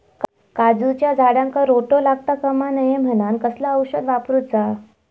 काजूच्या झाडांका रोटो लागता कमा नये म्हनान कसला औषध वापरूचा?